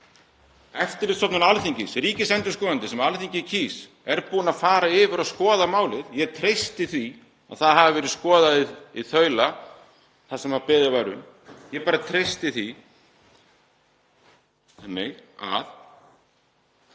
Eftirlitsstofnun Alþingis, ríkisendurskoðandi sem Alþingi kýs, er búin að fara yfir og skoða málið. Ég treysti því að það hafi verið skoðað í þaula það sem beðið var um. Ég bara treysti því.